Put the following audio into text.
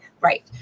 right